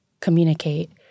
communicate